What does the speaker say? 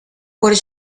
por